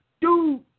dude